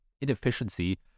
inefficiency